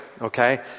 Okay